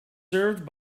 served